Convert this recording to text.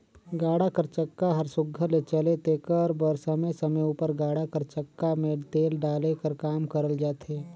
गाड़ा कर चक्का हर सुग्घर ले चले तेकर बर समे समे उपर गाड़ा कर चक्का मे तेल डाले कर काम करल जाथे